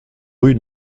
rue